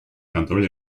контроле